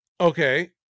Okay